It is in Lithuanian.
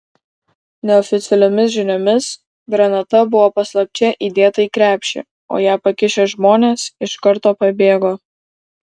neoficialiomis žiniomis granata buvo paslapčia įdėta į krepšį o ją pakišę žmonės iš karto pabėgo